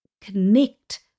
connect